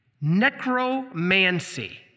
Necromancy